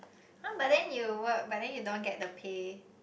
!huh! but then you work but then you don't get the pay